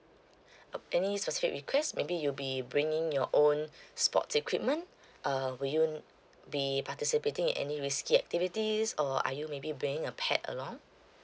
uh any specific request maybe you'll be bringing your own sports equipment uh will you be participating in any risky activities or are you maybe bringing a pet along